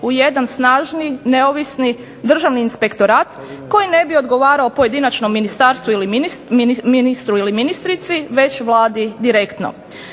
u jedan snažni, neovisni državni inspektorat koji ne bi odgovarao pojedinačnom ministarstvu ili ministru ili ministrici već Vladi direktno.